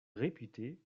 réputé